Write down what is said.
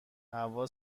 هوا